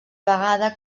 vegada